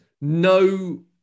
no